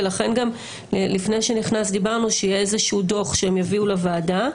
ולכן גם לפני שנכנסת דיברנו שיהיה איזשהו דוח שהם יביאו לוועדה,